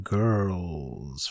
girls